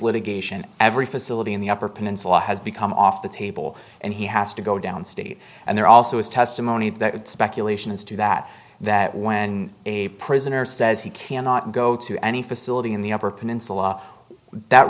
litigation every facility in the upper peninsula has become off the table and he has to go downstate and there also is testimony speculation as to that that when a prisoner says he cannot go to any facility in the upper peninsula that